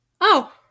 Oh